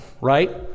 right